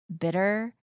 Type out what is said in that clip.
bitter